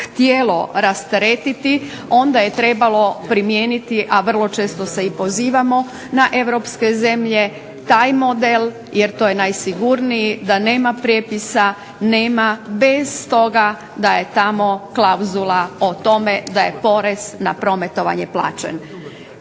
htjelo rasteretiti onda je trebalo primijeniti, a vrlo često se i pozivamo na europske zemlje, taj model, jer to je najsigurniji, da nema prijepisa, nema bez toga da je tamo klauzula o tome da je porez na prometovanje plaćen.